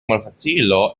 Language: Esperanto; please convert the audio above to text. malfacilo